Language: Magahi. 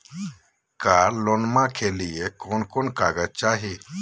कार लोनमा के लिय कौन कौन कागज चाही?